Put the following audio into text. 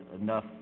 enough